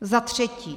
Za třetí.